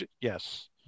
yes